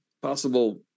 possible